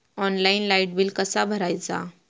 Online light bill कसा भरायचा?